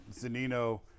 Zanino